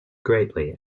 greatly